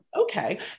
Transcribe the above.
okay